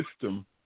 system